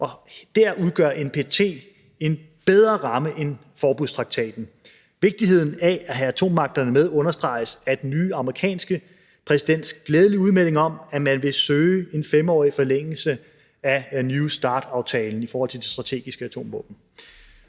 og der udgør NPT en bedre ramme end forbudstraktaten. Vigtigheden af at have atommagterne med understreges at den nye amerikanske præsidents glædelige udmelding om, at man vil søge en femårig forlængelse af New Start-aftalen i forhold til de strategiske atomvåben.